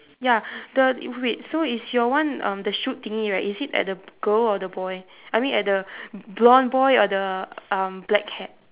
ya the wait so is your one um the shoot thingy is it at the girl or the boy I mean at the blond boy or the um black hat